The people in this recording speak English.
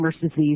disease